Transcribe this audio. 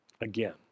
again